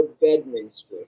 Bedminster